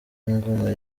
ngoma